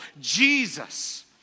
Jesus